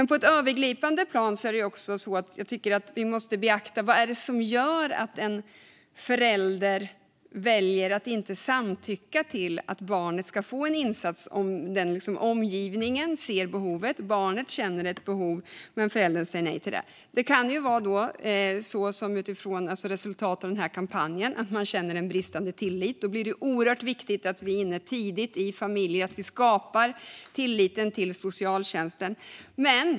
På ett övergripande plan tycker jag att vi måste beakta vad det är som gör att en förälder väljer att inte samtycka till att barnet ska få en insats om omgivningen ser behovet och barnet känner ett behov. Det kan, som ett resultat av denna kampanj, vara så att man känner bristande tillit. Då blir det oerhört viktigt att vara inne i familjer tidigt och skapa tillit till socialtjänsten.